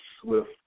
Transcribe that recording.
swift